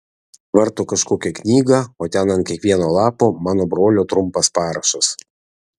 varto kažkokią knygą o ten ant kiekvieno lapo mano brolio trumpas parašas